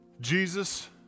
Jesus